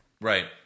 Right